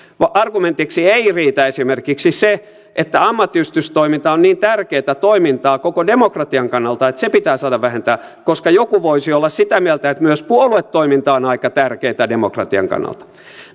argumentiksi ei riitä esimerkiksi se että ammattiyhdistystoiminta on niin tärkeätä toimintaa koko demokratian kannalta että se pitää saada vähentää koska joku voisi olla sitä mieltä että myös puoluetoiminta on aika tärkeätä demokratian kannalta